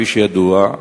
כפי שידוע,